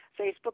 Facebook